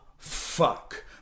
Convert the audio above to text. fuck